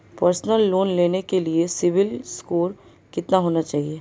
Personal loan लेने के लिए सिबिल स्कोर कितना होना चाहिए?